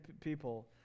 people